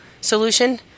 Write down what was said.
solution